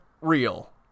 real